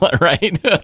right